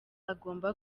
agomba